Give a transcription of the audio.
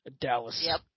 Dallas